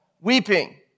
weeping